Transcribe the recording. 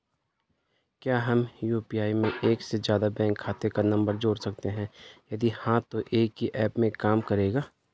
क्या हम यु.पी.आई में एक से ज़्यादा बैंक खाते का नम्बर जोड़ सकते हैं यदि हाँ तो एक ही ऐप में काम करेगा?